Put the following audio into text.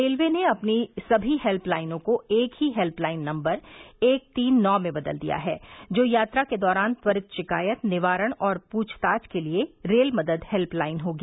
railway ने अपनी समी हेल्प लाइनों को एक ही हेल्प लाइन नंबर एक तीन नौ में बदल दिया है जो यात्रा के दौरान त्वरित शिकायत निवारण और पूछताछ के लिए रेल मदद हेल्पलाइन होगी